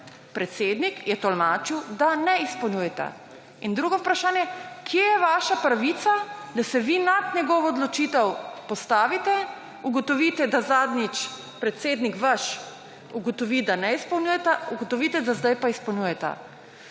Predsednik je tolmačil, da ne izpolnjujeta. In drugo vprašanje, kje je vaša pravica, da se vi nad njegovo odločitev postavite, ugotovite, da zadnjič predsednik vaš ugotovi, da ne izpolnjujeta, ugotovite, da zdaj pa izpolnjujeta.